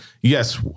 Yes